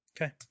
Okay